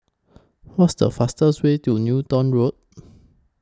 What's The fastest Way to Newton Road